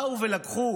באו ולקחו